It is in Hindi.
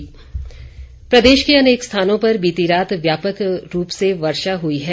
मौसम प्रदेश के अनेक स्थानों पर बीती रात व्यापक रूप से वर्षा हुई है